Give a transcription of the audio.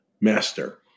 master